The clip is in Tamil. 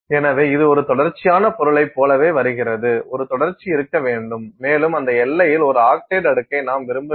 எனவே இது ஒரு தொடர்ச்சியான பொருளைப் போலவே வருகிறது ஒரு தொடர்ச்சி இருக்க வேண்டும் மேலும் அந்த எல்லையில் ஒரு ஆக்சைடு அடுக்கை நாம் விரும்பவில்லை